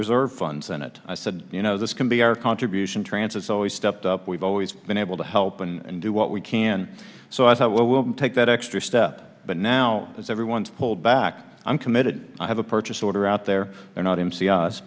reserve funds and it i said you know this can be our contribution trances always stepped up we've always been able to help and do what we can so i thought well we'll take that extra step but now that's everyone's pulled back i'm committed i have a purchase order out there or not m